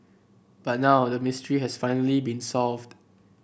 but now the mystery has finally been solved